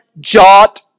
jot